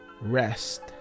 rest